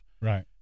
Right